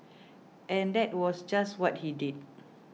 and that was just what he did